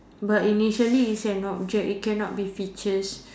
but initially is an object it cannot be features